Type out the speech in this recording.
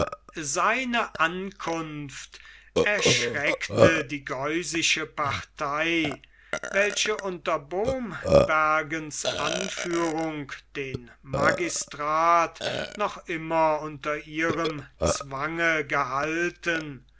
seine ankunft erschreckte die geusische partei welche unter bombergs anführung den magistrat noch immer unter ihrem zwange gehalten